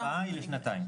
ההקפאה היא לשנתיים,